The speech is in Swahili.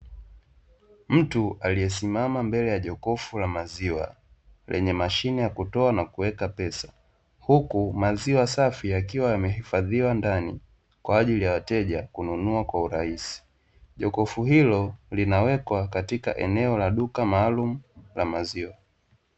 Mtu aliyesimama mbele ya jokofu la maziwa, lenye mashine ya kutoa na kuweka pesa, huku maziwa safi yakiwa yamehifadhiwa ndani kwa ajili ya wateja kununua kwa urahisi, jokofu hilo linawekwa katika eneo la duka maalumu la maziwa.